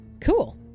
Cool